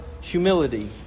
humility